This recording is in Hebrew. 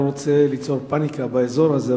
לא רוצה ליצור פניקה באזור הזה,